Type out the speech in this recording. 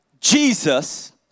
Jesus